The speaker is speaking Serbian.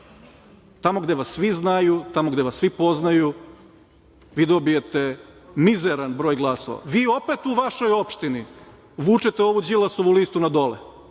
Tamo gde vas svi znaju, tamo gde vas svi poznaju, vi dobijete mizeran broj glasova. Vi opet u vašoj opštini vučete ovu Đilasovu listu nadole,